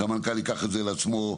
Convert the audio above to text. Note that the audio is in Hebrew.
שהמנכ"ל ייקח את זה לעצמו.